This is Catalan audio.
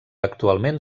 actualment